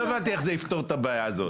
הבנתי איך זה יפתור את הבעיה הזאת.